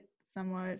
somewhat